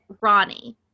Ronnie